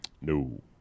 no